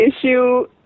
issue